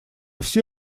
все